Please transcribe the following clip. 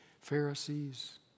Pharisees